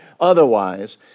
otherwise